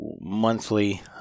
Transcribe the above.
monthly